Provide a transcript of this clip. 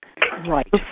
Right